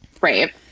right